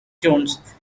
jones